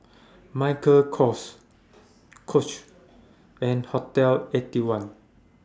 Michael Kors Coach and Hotel Eighty One